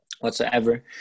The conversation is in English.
whatsoever